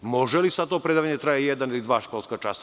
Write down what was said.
Može li sad to predavanje da traje jedan ili dva školska časa?